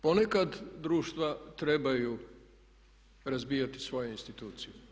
Ponekad društva trebaju razbijati svoje institucije.